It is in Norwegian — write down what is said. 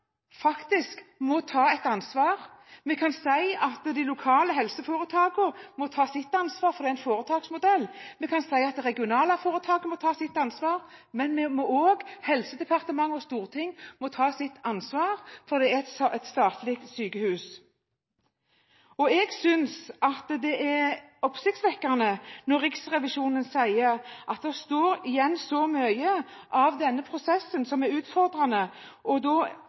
faktisk må ta et ansvar. Vi kan si at de lokale helseforetakene må ta sitt ansvar fordi det er en foretaksmodell. Vi kan si at de regionale foretakene må ta sitt ansvar, men også Helsedepartementet og Stortinget må ta sitt ansvar, for det er et statlig sykehus. Jeg synes det er oppsiktsvekkende når Riksrevisjonen sier at det står igjen så mye, som er utfordrende og med høy risiko, i denne prosessen at vi er